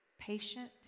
Patient